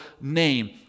name